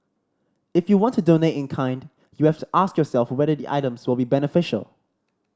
if you want to donate in kind you have to ask yourself whether the items will be beneficial